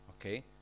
Okay